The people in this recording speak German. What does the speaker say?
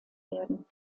werden